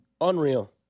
Unreal